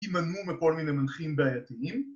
הימנעו מכל מיני מנחים בעייתיים